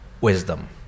wisdom